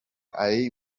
ari